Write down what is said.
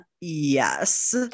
yes